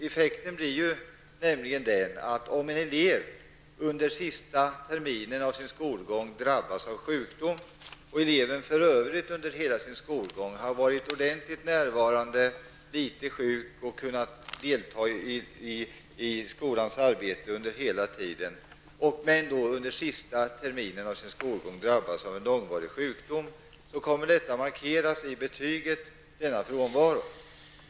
Effekten blir nämligen den att om en elev under sista terminen av sin skolgång drabbas av en långvarig sjukdom men för övrigt under hela sin skolgång har varit ordentligt närvarande, sällan sjuk och kunnat delta i skolans arbete, kommer frånvaron att markeras i avgångsbetyget.